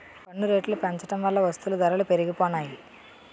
పన్ను రేట్లు పెంచడం వల్ల వస్తువుల ధరలు పెరిగిపోనాయి